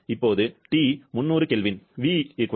இப்போது T 300 K v 0